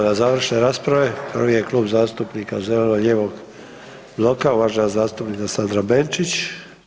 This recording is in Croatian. Idemo na završene rasprave, prvi je Klub zastupnika zeleno-lijevog bloka uvažena zastupnica Sandra Benčić.